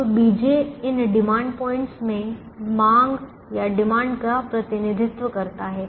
अब bj इन demand points में मांग का प्रतिनिधित्व करता है